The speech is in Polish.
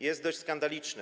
Jest to dość skandaliczne.